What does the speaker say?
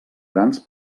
grans